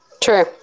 True